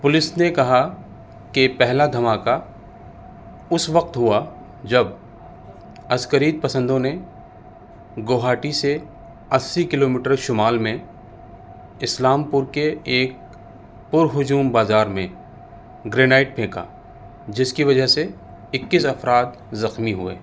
police نے کہا کہ پہلا دھماکہ اس وقت ہوا جب عسکری پسندوں نے گوہاٹی سے اسی کلو میٹر شمال میں اسلام پور کے ایک پر ہجوم بازار میں گرینائڈ پھینکا جس کی وجہ سے اکیس افراد زخمی ہوئے